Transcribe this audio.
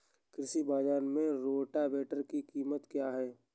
कृषि बाजार में रोटावेटर की कीमत क्या है?